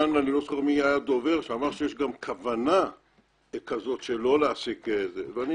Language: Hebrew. אני לא זוכר מי היה הדובר שאמר שיש גם כוונה כזאת שלא להעסיק אותם ואני